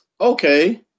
Okay